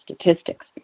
Statistics